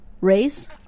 race